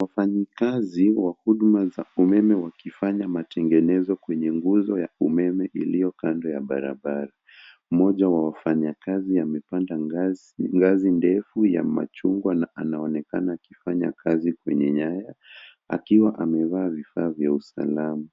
Wafanyakazi wa huduma za umeme wakifanya matengenezo kwenye nguzo ya umeme iliyo kando ya barabara. Mmoja wa wafanyakazi amepanda ngazi ndefu ya machungwa na anaonekana akifanya kazi kwenye nyaya, akiwa amevaa vifaa vya usalama.